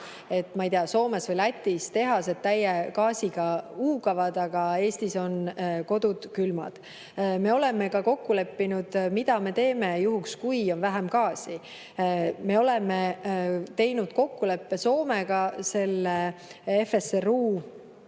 ma ei tea, Soomes või Lätis tehased täie gaasi [peal] huugavad, aga Eestis on kodud külmad. Me oleme kokku leppinud, mida me teeme juhuks, kui on vähem gaasi. Me oleme teinud kokkuleppe Soomega selle